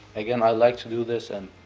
again, i like to do this and.